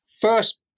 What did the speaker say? first